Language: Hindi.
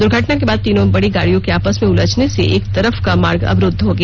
द्र्घटना के बाद तीनों बड़ी गाड़ियों के आपस मे उलझने सेएक तरफ का मार्ग अवरुद्ध हो गया